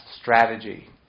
strategy